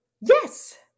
yes